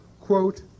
quote